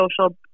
social